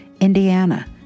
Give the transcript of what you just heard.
Indiana